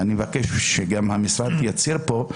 ואני מבקש שגם המשרד יצהיר פה,